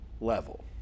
level